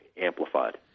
amplified